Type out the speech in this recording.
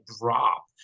drop